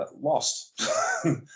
Lost